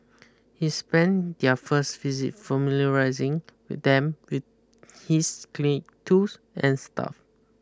he spend their first visit familiarising them with his clinic tools and staff